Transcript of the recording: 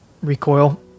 Recoil